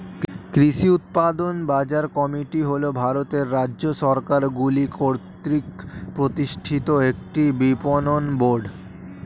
কৃষি উৎপাদন বাজার কমিটি হল ভারতের রাজ্য সরকারগুলি কর্তৃক প্রতিষ্ঠিত একটি বিপণন বোর্ড